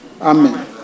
Amen